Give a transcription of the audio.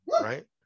right